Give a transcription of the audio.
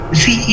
see